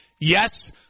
yes